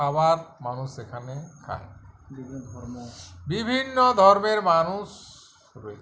খাবার মানুষ এখানে খায় বিভিন্ন ধর্ম বিভিন্ন ধর্মের মানুষ রয়েছে